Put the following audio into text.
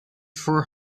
four